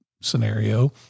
scenario